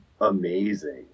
amazing